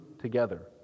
together